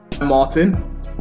martin